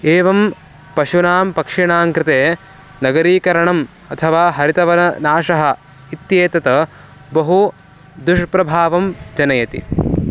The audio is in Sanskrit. एवं पशूनां पक्षिणाङ्कृते नगरीकरणम् अथवा हरितवननाशः इत्येतत् बहु दुष्प्रभावं जनयति